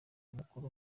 mukuru